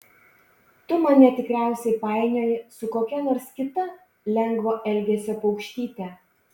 tu mane tikriausiai painioji su kokia nors kita lengvo elgesio paukštyte